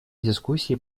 дискуссии